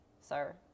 sir